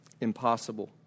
impossible